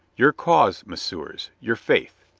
your cause, messieurs, your faith?